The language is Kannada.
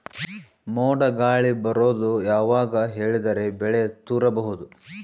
ಮೋಡ ಗಾಳಿ ಬರೋದು ಯಾವಾಗ ಹೇಳಿದರ ಬೆಳೆ ತುರಬಹುದು?